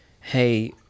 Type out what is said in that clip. hey